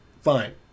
fine